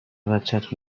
بچت